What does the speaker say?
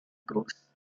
cruz